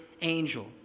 Angel